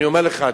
אני אומר לך,